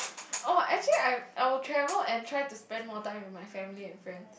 oh actually I I will travel and try to spend more time with my family and friends